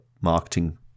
marketing